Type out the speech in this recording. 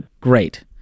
Great